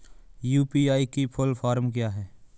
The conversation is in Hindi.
यू.पी.आई की फुल फॉर्म क्या है?